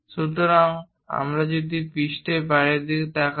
সুতরাং আমরা যদি পৃষ্ঠের বাইরের দিকে তাকাই